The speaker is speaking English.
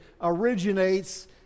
originates